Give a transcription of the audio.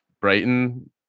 Brighton